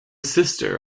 sister